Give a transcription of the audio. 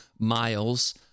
Miles